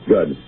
Good